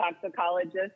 toxicologist